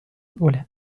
الأولى